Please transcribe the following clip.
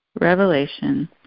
revelation